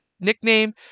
nickname